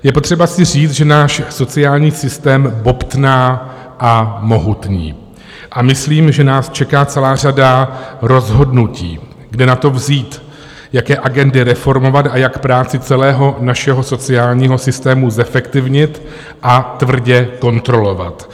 Je potřeba si říct, že náš sociální systém bobtná a mohutní a myslím, že nás čeká celá řada rozhodnutí, kde na to vzít, jaké agendy reformovat a jak práci celého našeho sociálního systému zefektivnit a tvrdě kontrolovat.